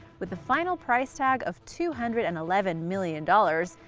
with a final price tag of two hundred and eleven million dollars,